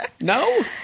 No